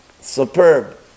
Superb